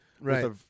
Right